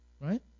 right